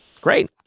Great